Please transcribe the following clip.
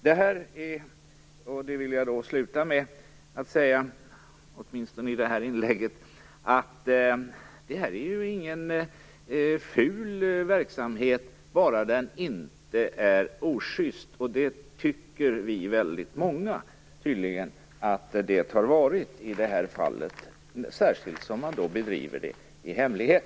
Jag vill avsluta med att säga att detta inte är någon ful verksamhet, bara den inte är osjyst. Och det tycker vi - väldigt många tydligen - att den har varit i det här fallet, särskild som den bedrivits i hemlighet.